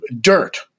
dirt